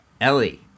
Ellie